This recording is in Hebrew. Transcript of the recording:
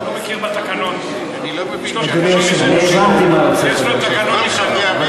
אני הבנתי מה רוצה חבר הכנסת רוזנטל.